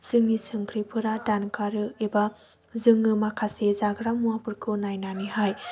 जोंनि संख्रिफोरा दानगारो एबा जोङो माखासे जाग्रा मुवाफोरखौ नायनानैहाय